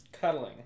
Cuddling